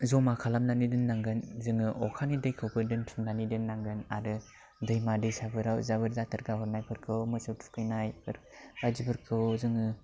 जमा खालामनानै दोननांगोन जोङो अखानि दैखौबो दोनथुमनानै दोननांगोन आरो दैमा दैसाफोराव जाबोर जाथोर गारहरनायफोरखौ मोसौ थुखैनायफोर बायदिफोरखौ जोङो